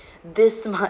this much